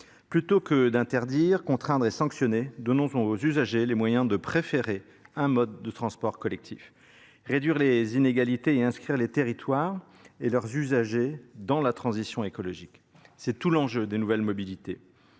plutôt que d'interdire contraindre et sanctionner donnons aux usagers les moyens de préférer un mode de transport réduire les inégalités et inscrire les territoires et leurs usagers dans la transition écologique, c'est tout l'enjeu des nouvelles mobilités